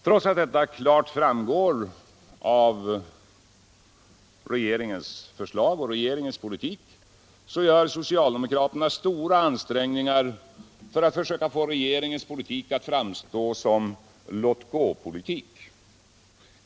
Trots att detta klart framgår av regeringens förslag och regeringens politik, gör socialdemokraterna stora ansträngningar för att försöka få regeringens politik att framstå som låtgåpolitik.